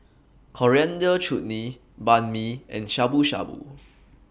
Coriander Chutney Banh MI and Shabu Shabu